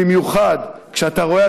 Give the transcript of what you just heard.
במיוחד כשאתה רואה,